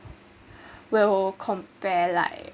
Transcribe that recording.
will compare like